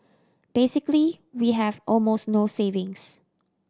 basically we have almost no savings